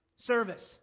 service